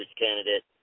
candidate